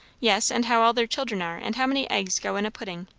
yes and how all their children are, and how many eggs go in a pudding.